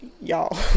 y'all